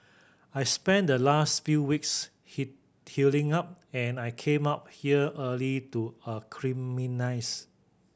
I spent the last few weeks hit healing up and I came out here early to acclimatise